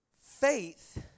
Faith